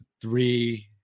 three